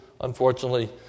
unfortunately